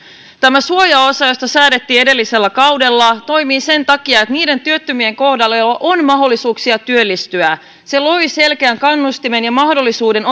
tämä suojaosa josta säädettiin edellisellä kaudella toimii sen takia että niiden työttömien kohdalla on mahdollisuuksia työllistyä se loi selkeän kannustimen ja mahdollisuuden